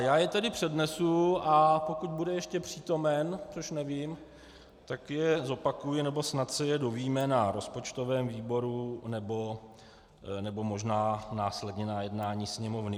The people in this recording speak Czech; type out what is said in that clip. Já je tedy přednesu, a pokud bude ještě přítomen, což nevím, tak je zopakuji, nebo snad se je dozvíme na rozpočtovém výboru nebo možná následně na jednání Sněmovny.